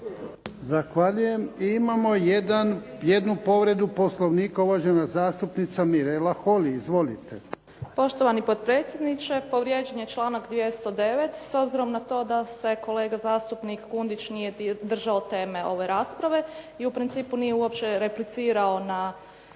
Zahvaljujem. Imamo jednu povredu Poslovnika, uvažena zastupnica Mirela Holy. Izvolite. **Holy, Mirela (SDP)** Poštovani potpredsjedniče. Povrijeđen je članak 209. s obzirom na to da se kolega zastupnik Kundić nije držao teme ove rasprave i u principu nije uopće replicirao na